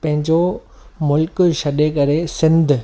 पंहिंजो मुल्क छॾे करे सिंध